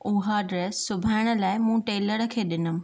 उहा ड्रैस सिबाइण लाइ मूं टेलर खे ॾिनमि